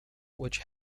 which